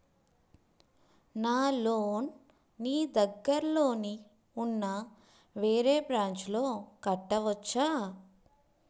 నా లోన్ నీ దగ్గర్లోని ఉన్న వేరే బ్రాంచ్ లో కట్టవచా?